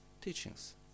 teachings